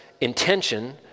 intention